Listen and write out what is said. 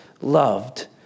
loved